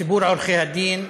ציבור עורכי-הדין,